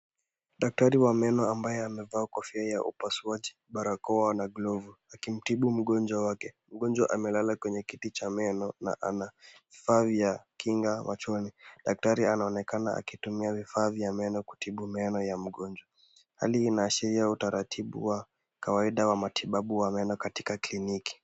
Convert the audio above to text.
Daktari wa meno ambaye amevaa kofia ya upasuaji, barakoa na glovu akimtibu mgonjwa wake. Mgonjwa amelala kwenye kiti cha meno na ana vifaa vya kinga machoni, daktari anaonekana akitumia vifaa vya meno kutibu meno ya mgonjwa. Hali hii inaashiria utaratibu wa kawaida wa matibabu wa meno katika kliniki.